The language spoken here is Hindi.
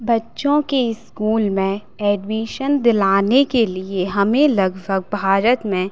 बच्चों के स्कूल में एडमिशन दिलाने के लिए हमें लगभग भारत में